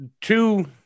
two